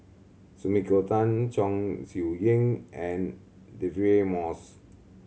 Sumiko Tan Chong Siew Ying and Deirdre Moss